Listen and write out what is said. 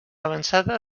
avançada